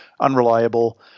unreliable